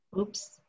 Oops